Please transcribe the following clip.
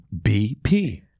BP